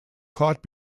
caught